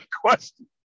question